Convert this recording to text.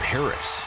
Paris